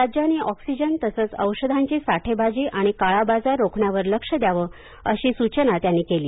राज्यांनी ऑक्सीजन तसंच औषधांची साठेबाजी आणि काळाबाजार रोखण्यावर लक्ष द्यावं अशी सुचना त्यांनी केली